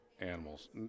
animals